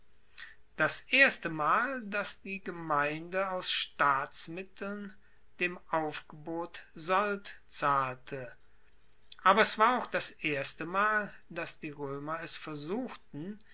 das erstemal dass die gemeinde aus staatsmitteln dem aufgebot sold zahlte aber es war auch das erstemal dass die roemer es versuchten